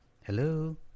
Hello